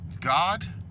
God